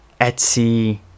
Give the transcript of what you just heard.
Etsy